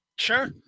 Sure